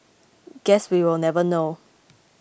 guess we will never know